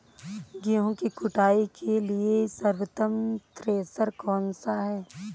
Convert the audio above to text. गेहूँ की कुटाई के लिए सर्वोत्तम थ्रेसर कौनसा है?